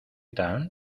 tal